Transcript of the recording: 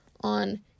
on